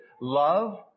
love